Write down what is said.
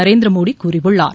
நரேந்திரமோடி கூறியுள்ளார்